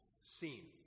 seen